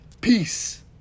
Peace